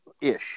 ish